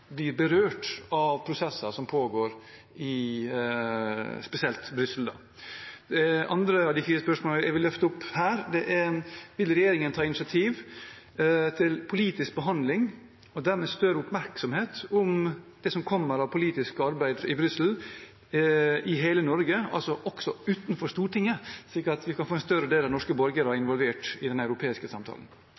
de fire spørsmålene jeg vil løfte opp her, er: Vil regjeringen ta initiativ til politisk behandling og dermed større oppmerksomhet om det politiske arbeidet i Brussel i hele Norge, altså også utenfor Stortinget, slik at vi kan få en større del av norske borgere involvert i den europeiske samtalen?